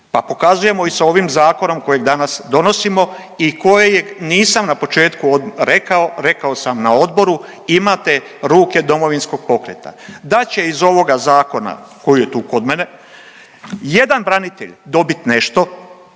Pa pokazujemo i s ovim zakonom kojeg danas donosimo i kojeg nisam na početku rekao, rekao sam na odboru imate ruke Domovinskog pokreta, da će iz ovoga zakona koji je tu kod mene jedan branitelj dobit nešto,